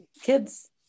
kids